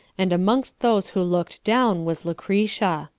and amongst those who looked down was lucretia.